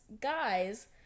guys